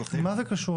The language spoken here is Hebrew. משרד